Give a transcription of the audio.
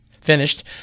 Finished